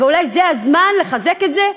ואולי זה הזמן לחזק את זה,